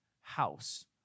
house